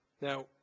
Now